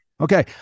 Okay